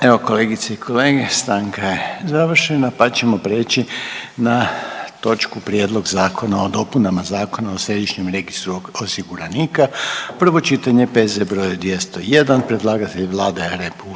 Evo kolegice i kolege, stanka je završena, pa ćemo prijeći na točku: - Prijedlog zakona o dopunama Zakona o središnjem registru osiguranika, prvo čitanje, P.Z. br. 201. Predlagatelj je Vlada